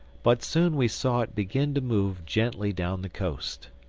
but soon we saw it begin to move gently down the coast.